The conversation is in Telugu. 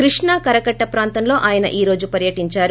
కృష్ణా కరకట్ట ప్రాంతంలో ఆయన ఈ రోజు పర్యటించారు